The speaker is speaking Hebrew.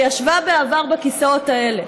וישבה בעבר בכיסאות האלה,